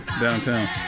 downtown